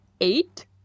Eight